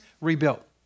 rebuilt